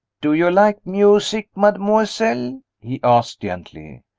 do you like music, mademoiselle? he asked, gently.